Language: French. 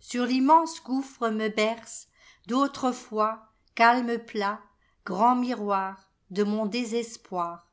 sur l'immense gouffreme bercent d'autres fois calme plat grand miroirde mon désespoir